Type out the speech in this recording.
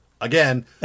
again